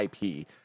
IP